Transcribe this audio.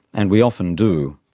and we often do.